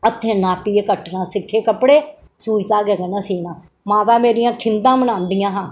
हत्थें नापिए कट्टना सिक्खे कपडे़ सुई धागे कन्नै सीना माता मेरियां खिंदा बनांदियां हा